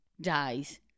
dies